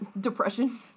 Depression